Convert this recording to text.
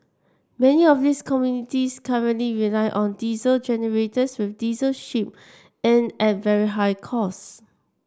many of these communities currently rely on diesel generators with diesel shipped and a very high cost